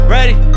Ready